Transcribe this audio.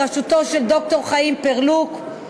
בראשותו של ד"ר חיים פרלוק.